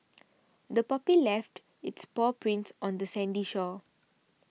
the puppy left its paw prints on the sandy shore